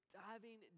diving